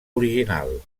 original